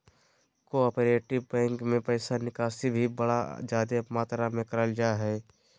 cooperative bank मे पैसा निकासी भी बड़ी जादे मात्रा मे करल जा हय